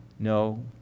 No